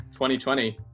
2020